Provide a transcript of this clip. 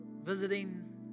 visiting